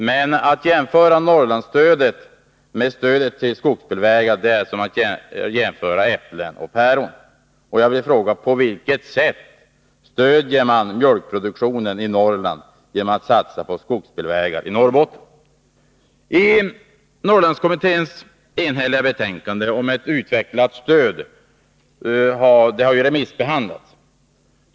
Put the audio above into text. Men att jämföra Norrlandsstödet med stödet till skogsbilvägar är som att jämföra äpplen med päron. Jag vill fråga: På vilket sätt stöder man mjölkproduktionen i Norrland genom att satsa på skogsbilvägar i Norrbotten? Norrlandskommitténs enhälliga betänkande om utvecklat stöd till Norrlandsjordbruket har remissbehandlats.